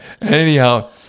Anyhow